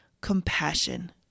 compassion